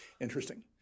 Interesting